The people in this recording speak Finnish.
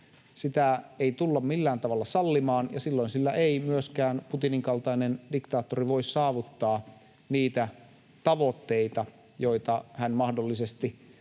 sitä ei tulla millään tavalla sallimaan, ja silloin sillä ei myöskään Putinin kaltainen diktaattori voi saavuttaa niitä tavoitteita, joita hän mahdollisesti asettaa